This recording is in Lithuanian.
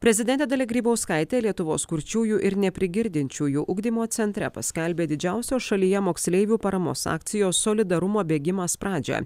prezidentė dalia grybauskaitė lietuvos kurčiųjų ir neprigirdinčiųjų ugdymo centre paskelbė didžiausios šalyje moksleivių paramos akcijos solidarumo bėgimas pradžią